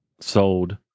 sold